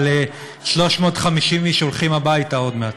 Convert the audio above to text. אבל 350 איש הולכים הביתה עוד מעט.